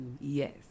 Yes